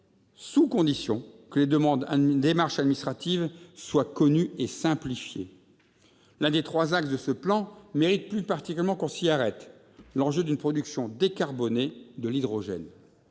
à condition que les démarches administratives soient connues et simplifiées. L'un des trois axes de ce plan mérite plus particulièrement que l'on s'y arrête. Il s'agit de l'enjeu d'une production décarbonée de l'hydrogène.